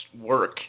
work